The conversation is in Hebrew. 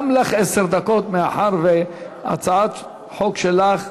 גם לך עשר דקות, מאחר שהצעת חוק שלך,